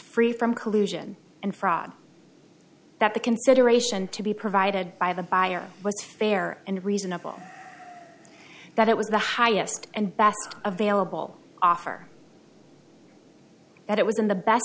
free from collusion and fraud that the consideration to be provided by the buyer was fair and reasonable that it was the highest and best available offer that it was in the best